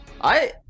I-